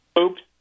Oops